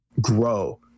grow